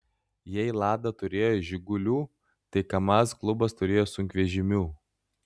jei lada turėjo žigulių tai kamaz klubas turėjo sunkvežimių